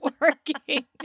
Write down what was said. working